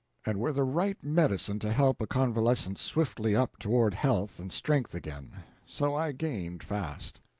and were the right medicine to help a convalescent swiftly up toward health and strength again so i gained fast.